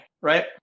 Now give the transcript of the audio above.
right